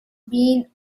been